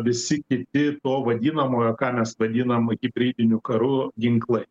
visi kiti to vadinamojo ką mes vadinam hibridiniu karu ginklai